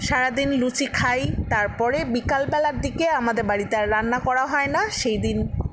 সারাদিন লুচি খাই তার পরে বিকালবেলার দিকে আমাদের বাড়িতে আর রান্না করা হয় না সেই দিন